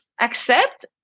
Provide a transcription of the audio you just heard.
accept